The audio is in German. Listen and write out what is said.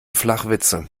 flachwitze